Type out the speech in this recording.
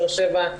באר-שבע,